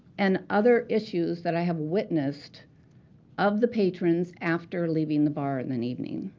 and other issues that i have witnessed of the patrons after leaving the bar in the and evening.